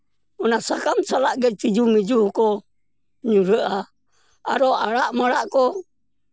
ᱚᱱᱟ ᱥᱟᱠᱟᱢ ᱥᱟᱞᱟᱜ ᱜᱮ ᱛᱤᱡᱩ ᱢᱤᱡᱩ ᱠᱚ ᱧᱩᱨᱦᱟᱹᱜᱼᱟ ᱟᱨᱚ ᱟᱲᱟᱜ ᱢᱟᱲᱟᱜ ᱠᱚ